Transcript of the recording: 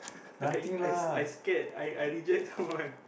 I I I scared I I reject someone